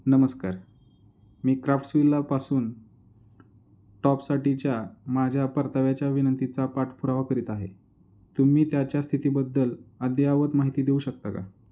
नमस्कार मी क्राफ्ट्सविलापासून टॉपसाठीच्या माझ्या परताव्याच्या विनंतीचा पाठपुरावा करीत आहे तुम्ही त्याच्या स्थितीबद्दल अद्ययावत माहिती देऊ शकता का